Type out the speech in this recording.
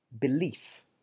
Belief